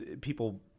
People